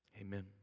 Amen